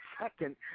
second